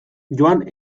joan